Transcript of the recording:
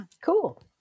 cool